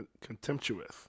contemptuous